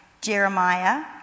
Jeremiah